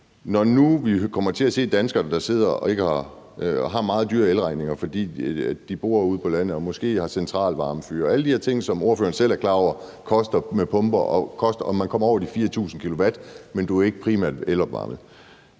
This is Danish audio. Når nu vi kommer til at se danskere, der sidder og har meget dyre elregninger, fordi de bor ude på landet og måske har centralvarmefyr og alle de her ting, som ordføreren selv er klar over koster, f.eks. med cirkulationspumper, og man kommer over de 4.000 kW, men ikke er primært elopvarmet,